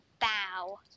Bow